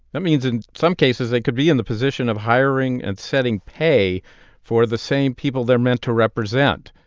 that means in some cases, they could be in the position of hiring and setting pay for the same people they're meant to represent.